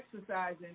exercising